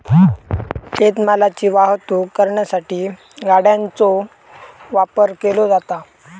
शेत मालाची वाहतूक करण्यासाठी गाड्यांचो वापर केलो जाता